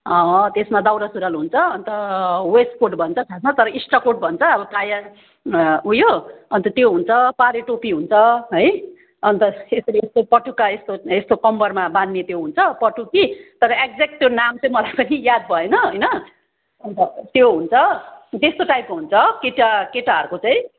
त्यसमा दौरा सुरुवाल हुन्छ अन्त वेस्टकोट भन्छ खासमा तर इस्टकोट भन्छ अब प्रायः उयो अन्त त्यो हुन्छ पाहाडे टोपी हुन्छ है अन्त यसरी यसरी पटुका यस्तो यस्तो कम्मरमा बाँध्ने त्यो हुन्छ पटुकी तर एक्जेक्ट त्यो नाम चाहिँ मलाई पनि याद भएन होइन अन्त त्यो हुन्छ त्यस्तो टाइपको हुन्छ केटा केटाहरूको चाहिँ